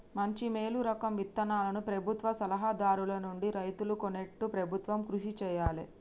మంచి మేలు రకం విత్తనాలను ప్రభుత్వ సలహా దారుల నుండి రైతులు కొనేట్టు ప్రభుత్వం కృషి చేయాలే